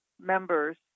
members